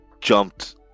jumped